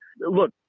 Look